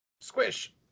Squish